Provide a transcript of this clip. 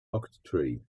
octree